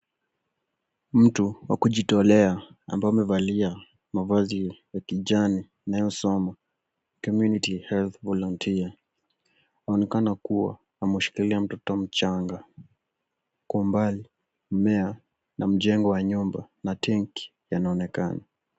Mtu wa kujitolea ambaye amevaa mavazi ya kijani yanayosoma (cs)community health volunteer (cs)anaonekana kuwa ameshikilia mtoto mchanga. Kwa mbali mmea na mjengo wa nyumba na tenki yanaonekana.